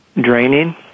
draining